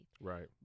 right